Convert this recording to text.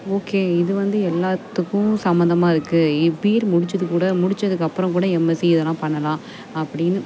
okay இது வந்து எல்லாத்துக்கும் சம்பந்தமா இருக்குது நீ பிஎட் முடித்ததுகூட முடிச்சதுக்கப்புறம் கூட எம்எஸ்சி எதனால் பண்ணலாம் அப்படின்னு